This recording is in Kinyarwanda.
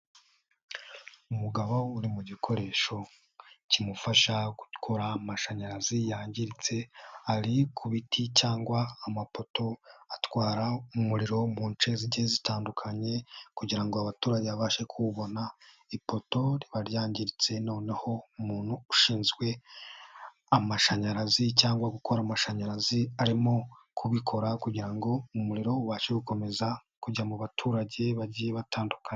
Umugabo uri mu gikoresho kimufasha gu gukora amashanyarazi yangiritse, ari ku biti cyangwa amapoto atwara umuriro mu nce zigiye zitandukanye kugirango abaturage babashe kuwubona. Ipoto riba ryangiritse noneho umuntu ushinzwe amashanyarazi cyangwa gukora amashanyarazi arimo kubikora kugira umuriro ubashe gukomeza kujya mu baturage bagiye batandukanye.